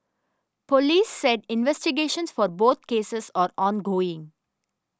police said investigations for both cases are ongoing